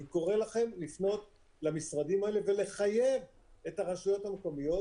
אני קורא לכם לפנות למשרדים האלה ולחייב את הרשויות המקומיות